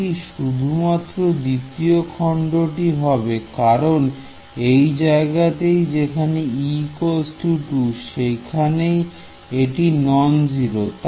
এটি শুধুমাত্র দ্বিতীয় খন্ড টি হবে কারণ এই জায়গাতেই যেখানে e2 সেখানেই এটি নন জিরো